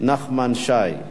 נחמן שי.